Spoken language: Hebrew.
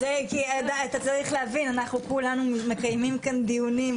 אתה צריך להבין שאנחנו מקיימים כאן דיונים,